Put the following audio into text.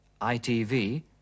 ITV